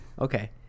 Okay